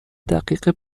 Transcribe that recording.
دقیقه